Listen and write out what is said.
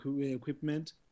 equipment